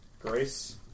grace